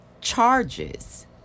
charges